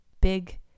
big